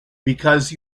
because